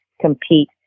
compete